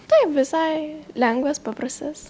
taip visai lengvas paprastas